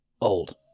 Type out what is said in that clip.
Old